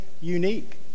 unique